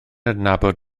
adnabod